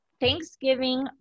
Thanksgiving